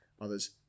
others